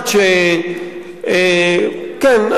כן,